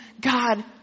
God